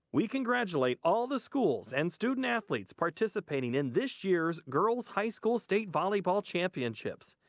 we congratulate all the schools and student athletes participating in this year's girls high school state volleyball championships.